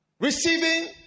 receiving